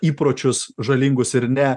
įpročius žalingus ir ne